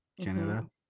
Canada